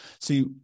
See